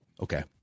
Okay